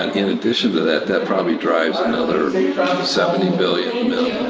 and in addition to that, that probably drives another seventy billion